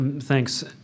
Thanks